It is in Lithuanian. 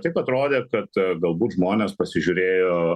taip atrodė kad galbūt žmonės pasižiūrėjo